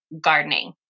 gardening